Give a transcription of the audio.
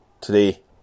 today